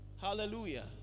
Hallelujah